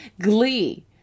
glee